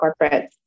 corporates